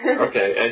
Okay